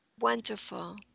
Wonderful